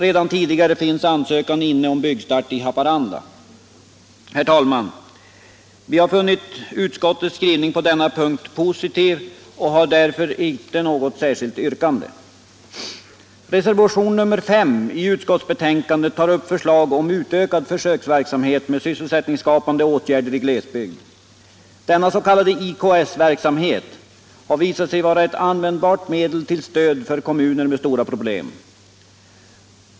Redan tidigare finns en ansökan inne om byggstart i Haparanda. Herr talman! Vi har funnit utskottets skrivning på denna punkt positiv och har därför inte något särskilt yrkande. Reservationen 5 vid utskottsbetänkandet tar upp förslag om utökad försöksverksamhet med sysselsättningsskapande åtgärder i glesbygd. Denna s.k. IKS-verksamhet har visat sig vara ett användbart medel till stöd för kommuner med stora problem.